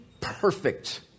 perfect